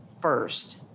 first